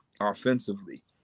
offensively